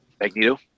Magneto